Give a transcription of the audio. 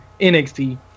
NXT